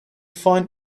find